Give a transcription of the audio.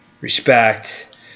respect